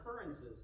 occurrences